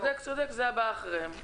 צודק, צודק, זה הבא אחריהם.